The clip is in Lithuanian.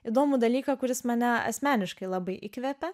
įdomų dalyką kuris mane asmeniškai labai įkvepia